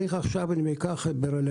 אם ניקח את הסכם